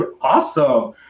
awesome